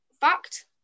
fact